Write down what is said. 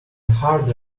harder